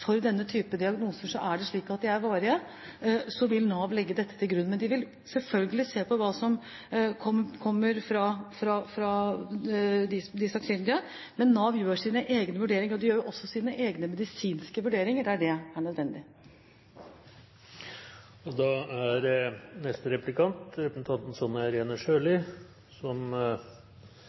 denne typen diagnose er varig, vil Nav legge dette til grunn. De vil selvfølgelig se på det som kommer fra de sakkyndige, men Nav gjør sine egne vurderinger, og de gjør også sine egne medisinske vurderinger der det er nødvendig.